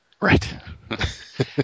Right